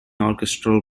orchestral